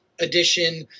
edition